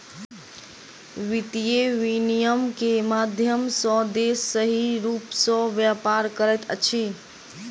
वित्तीय विनियम के माध्यम सॅ देश सही रूप सॅ व्यापार करैत अछि